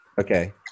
Okay